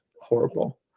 horrible